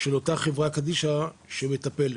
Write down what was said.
אל החברה קדישא שמטפלת.